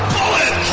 Bullet